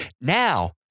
Now